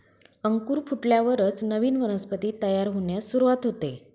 अंकुर फुटल्यावरच नवीन वनस्पती तयार होण्यास सुरूवात होते